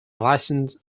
licensed